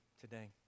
today